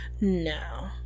No